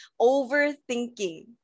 overthinking